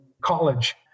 college